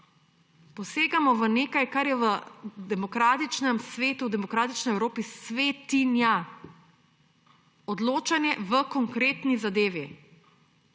Posegamo v nekaj, kar je v demokratičnem svetu, v demokratični Evropi svetinja. Odločanje v konkretni zadevi.